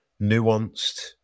nuanced